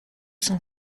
cent